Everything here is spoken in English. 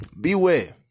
beware